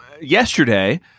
yesterday